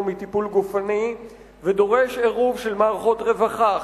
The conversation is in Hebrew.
מטיפול גופני ודורש עירוב של מערכות רווחה,